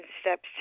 steps